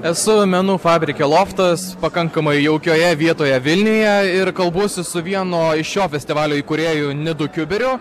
esu menų fabrike loftas pakankamai jaukioje vietoje vilniuje ir kalbuosi su vieno iš šio festivalio įkūrėjų nidu kiuberiu